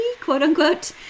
quote-unquote